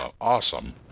Awesome